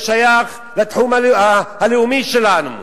זה שייך לתחום הלאומי שלנו.